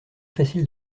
facile